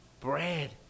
bread